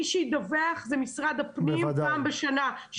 מי שידווח זה משרד הפנים פעם בשנה.